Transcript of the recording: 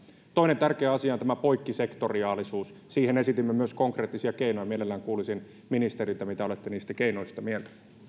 toinen tärkeä asia on tämä poikkisektoriaalisuus siihen esitimme myös konkreettisia keinoja mielelläni kuulisin ministeriltä mitä olette niistä keinoista mieltä